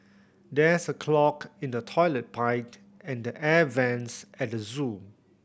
there is a clog in the toilet pipe and the air vents at the zoo